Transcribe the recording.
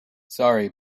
sorry